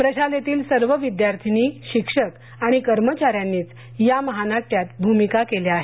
प्रशालेतील सर्व विद्यार्थीननी शिक्षक आणि कर्मचाऱ्यांनीच या महानाट्यात भूमिका केल्या आहेत